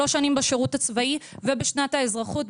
שלוש שנים בשירות הצבאי ובשנת האזרחות,